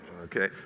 Okay